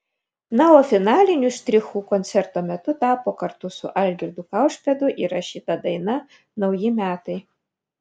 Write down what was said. na o finaliniu štrichu koncerto metu tapo kartu su algirdu kaušpėdu įrašyta daina nauji metai